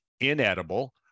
inedible